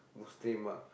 Muslim ah